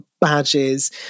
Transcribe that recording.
badges